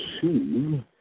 two